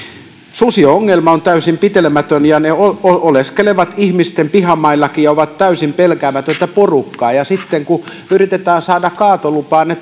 susiongelma on täysin pitelemätön ja sudet oleskelevat ihmisten pihamaillakin ja ovat täysin pelkäämätöntä porukkaa ja sitten kun yritetään saada kaatolupaa ne